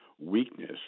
weakness